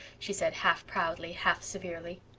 she said, half-proudly, half-severely.